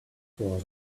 was